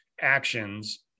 actions